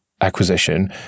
acquisition